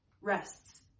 rests